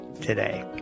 today